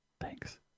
Thanks